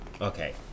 okay